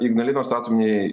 ignalinos atominei